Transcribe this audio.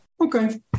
Okay